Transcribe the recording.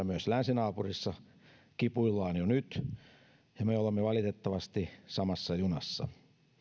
myös länsinaapurissa kipuillaan jo nyt ja me olemme valitettavasti samassa junassa